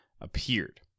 appeared